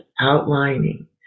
outlining